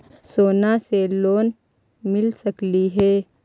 सोना से लोन मिल सकली हे?